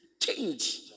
change